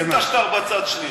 שים את השטר בצד שנייה.